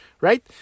right